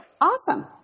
awesome